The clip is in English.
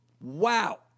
Wow